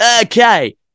okay